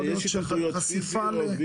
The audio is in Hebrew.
יכול להיות שחשיפה ל- -- יש התעמתויות פיזיות והכל,